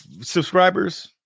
subscribers